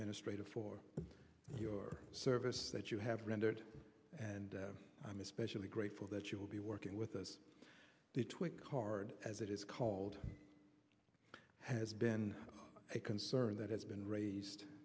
administrator for your service that you have rendered and i'm especially grateful that you will be working with us the twit card as it's called has been a concern that has been raised